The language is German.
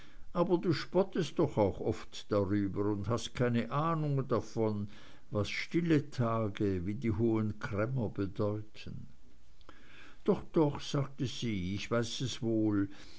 aber du spottest doch auch oft darüber und hast keine ahnung davon was stille tage wie die hohen cremmer bedeuten doch doch sagte sie ich weiß es wohl